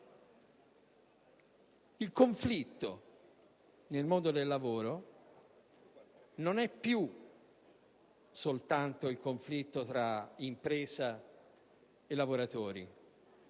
Il conflitto nel mondo del lavoro non è più soltanto tra impresa e lavoratori,